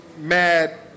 mad